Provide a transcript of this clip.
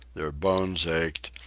their bones ached,